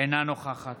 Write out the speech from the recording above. אינה נוכחת